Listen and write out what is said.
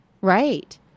Right